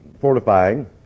fortifying